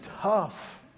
tough